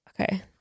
Okay